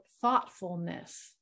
thoughtfulness